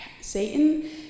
Satan